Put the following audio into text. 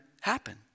happen